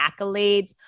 accolades